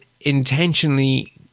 intentionally